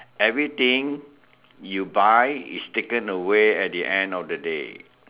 everything you buy is taken away at the end of the day